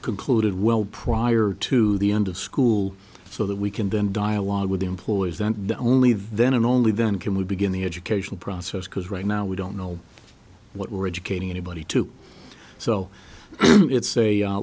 concluded well prior to the end of school so that we can then dialogue with the employees then the only then and only then can we begin the educational process because right now we don't know what we're educating anybody to so it's a